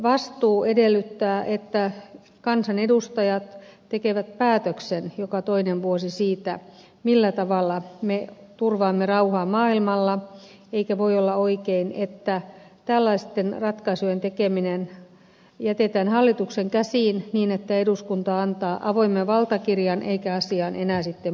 vastuu edellyttää että kansanedustajat tekevät päätöksen joka toinen vuosi siitä millä tavalla me turvaamme rauhaa maailmalla eikä voi olla oikein että tällaisten ratkaisujen tekeminen jätetään hallituksen käsiin niin että eduskunta antaa avoimen valtakirjan eikä asiaan enää sitten puututa